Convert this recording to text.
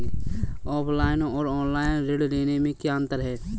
Offline और online ऋण लेने में क्या अंतर है?